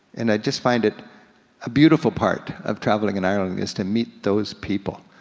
and i just find it a beautiful part of traveling in ireland is to meet those people.